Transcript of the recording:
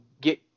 get